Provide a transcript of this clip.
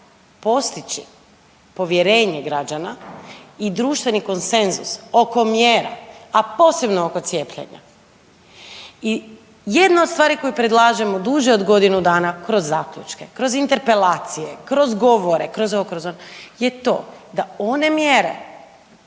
postići povjerenje građana i društveni konsenzus oko mjera, a posebno oko cijepljenja i jedna od stvari koju predlažemo duže od godinu dana kroz zaključke, kroz interpelacije, kroz govore, kroz ovo,